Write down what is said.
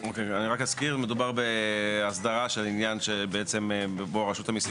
אזכיר שמדובר בהסדרה של עניין שבו רשות המיסים